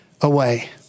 away